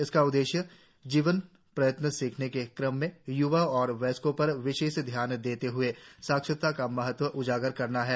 इसका उद्देश्य जीवनपर्यन्त सीखने के क्रम में य्वाओं और वयस्कों पर विशेष ध्यान देते हए साक्षरता का महत्व उजागर करना है